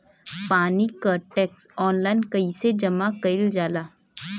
पानी क tax online कईसे जमा कईल जाला?